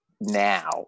now